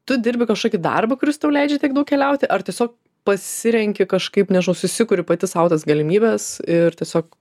tu dirbi kažkokį darbą kuris tau leidžia tiek daug keliauti ar tiesiog pasirenki kažkaip nežinau susikuri pati sau tas galimybes ir tiesiog